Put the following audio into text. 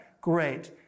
great